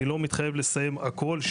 אני לא מתחייב לסיים הכל,